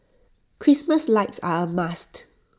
Christmas lights are A must